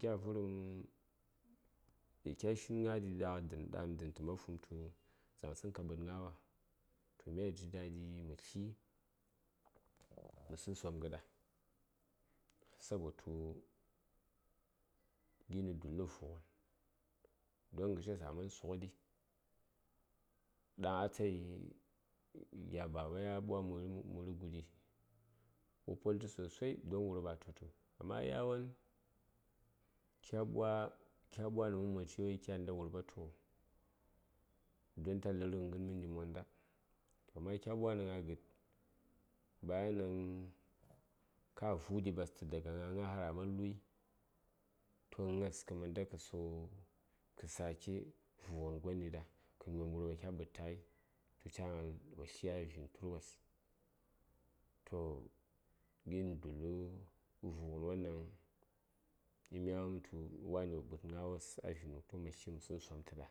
kya vərəm eah kya shin gna ɗi dam ɗən təman fum tu dzaŋ tsən ka ɓəd gnawa toh myayi ji dadi mə tli məsəŋ somghəɗa sabotu gi: nə dullu vughən don ghəshes aman sughəɗi ɗaŋ atayi gya baba ya ɓwa mərə guɗi wo pltə sosai don wurɓa a tutə amma yawon kya ɓwanə mumwanci ktani ghən wurɓa tughə don ta lə:r ghə ghən məndi monda amma kya ɓwani gna gəd bayan ɗaŋ ka vu:di ɓastə daga gnagna har aman luyi toh gnas kə manda kə sughə kəsake vu:ghən gon ɗaɗa kə nyom wurɓa kya ɓədtə ghai ca gnal wo tli ghai dən turwos toh gin nə dulləghən nə vughən won ɗaŋ mya wumtu wani wo ghəm gna washi a vino to mə tlə mətlən somtəɗa